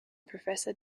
professor